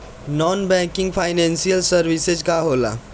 Non banking financial services का होला?